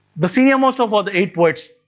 the senior most of all the eight poets.